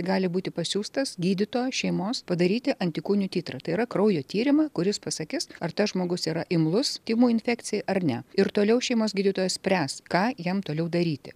gali būti pasiųstas gydytojo šeimos padaryti antikūnių tytrą tai yra kraujo tyrimą kuris pasakys ar tas žmogus yra imlus tymų infekcijai ar ne ir toliau šeimos gydytojas spręs ką jam toliau daryti